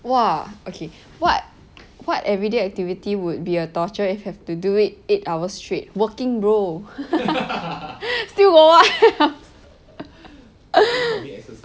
!wah! okay what what everyday activity would be a torture if have to do it eight hours straight working bro still got what